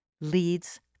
leads